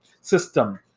system